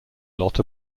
lot